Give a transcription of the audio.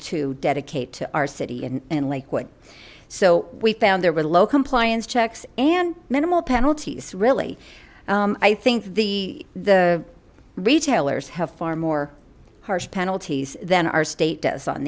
to dedicate to our city in lakewood so we found there with low compliance checks and minimal penalties really i think the the retailers have far more harsh penalties than our state does on